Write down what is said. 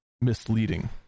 misleading